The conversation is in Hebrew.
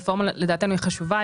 הרפורמה לדעתנו היא חשובה.